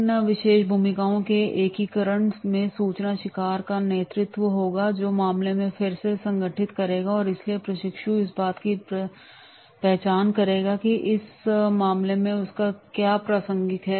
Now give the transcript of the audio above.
इन विशेष भूमिकाओं के एकीकरण से सूचना शिकार का नेतृत्व होगा जो मामले को फिर से संगठित करेगा और इसलिए प्रशिक्षु इस बात की पहचान करेगा कि इस विशेष मामले में उसके लिए क्या प्रासंगिक है